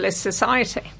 society